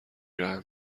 رحم